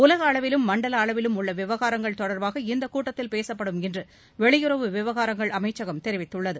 உலகளவிலும் மண்டல அளவிலும் உள்ள விவகாரங்கள் தொடர்பாக இந்த கூட்டத்தில் பேசப்படும் என்று வெளியுறவு விவகாரங்கள் அமைச்சகம் தெரிவித்துள்ளது